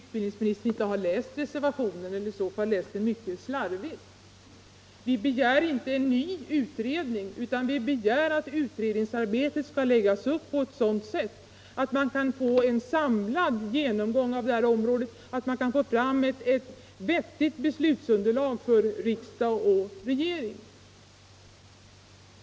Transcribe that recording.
Herr talman! Jag konstaterar att utbildningsministern antingen inte har läst reservationen eller också läst den mycket slarvigt. Vi begär inte en ny utredning, utan vi begär att utredningsarbetet skall läggas upp på ett sådant sätt att man kan få en samlad genomgång av det här området och ett vettigt beslutsunderlag för riksdag och regering.